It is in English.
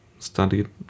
studied